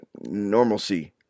normalcy